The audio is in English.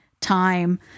time